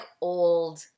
old